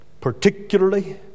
particularly